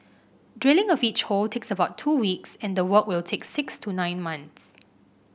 drilling of each hole takes about two weeks and the work will take six to nine months